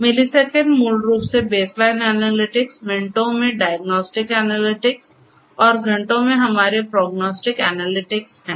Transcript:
Millisecond मूल रूप से बेसलाइन एनालिटिक्स मिनटों में डायग्नोस्टिक एनालिटिक्स और घंटों में हमारे प्राेग्नोस्टिक एनालिटिक्स हैं